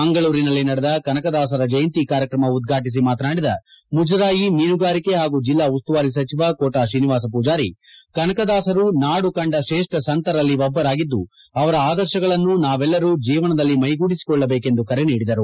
ಮಂಗಳೂರಿನಲ್ಲಿ ನಡೆದ ಕನಕದಾಸರ ಜಯಂತಿ ಕಾರ್ಯಕ್ರಮ ಉದ್ಘಾಟಿಸಿ ಮಾತನಾಡಿದ ಮುಜರಾಯಿ ಮೀನುಗಾರಿಕೆ ಹಾಗೂ ಜಿಲ್ಲಾ ಉಸ್ತುವಾರಿ ಸಚಿವ ಕೋಟಾ ಶ್ರೀನಿವಾಸ ಪೂಜಾರಿ ಕನಕದಾಸರು ನಾಡು ಕಂಡ ಶ್ರೇಷ್ಠ ಸಂತರಲ್ಲಿ ಒಬ್ಬರಾಗಿದ್ದು ಅವರ ಆದರ್ತಗಳನ್ನು ನಾವೆಲ್ಲರೂ ಜೀವನದಲ್ಲಿ ಮೈಗೂಡಿಸಿಕೊಳ್ಳಬೇಕು ಎಂದು ಕರೆ ನೀಡಿದರು